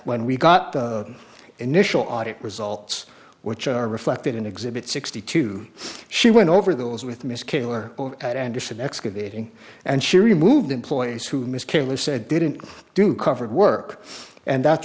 when we got the initial audit results which are reflected in exhibit sixty two she went over those with ms killer at andersen excavating and she removed employees who miss careless said didn't do covered work and that's